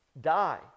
Die